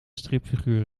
stripfiguur